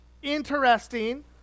interesting